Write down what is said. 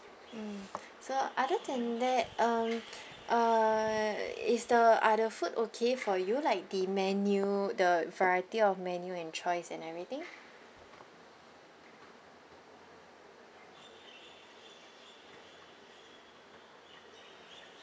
mm so other than that um uh is the are the food okay for you like the menu the variety of menu and choice and everything